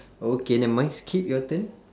okay never mind skip your turn